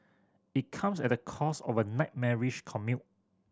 it comes at the cost of a nightmarish commute